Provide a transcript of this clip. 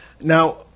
Now